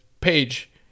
page